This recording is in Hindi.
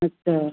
अच्छा